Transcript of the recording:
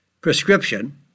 prescription